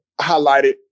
highlighted